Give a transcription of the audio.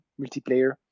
multiplayer